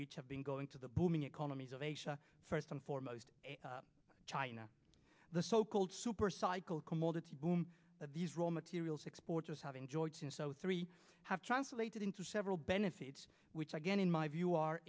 which have been going to the booming economies of asia first and foremost china the so called super cycle commodity boom of these role materials exporters have enjoyed since zero three have translated into several benefits which again in my view are